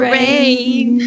Rain